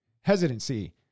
hesitancy